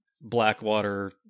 Blackwater